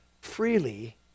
freely